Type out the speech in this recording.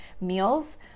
meals